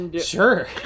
Sure